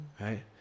right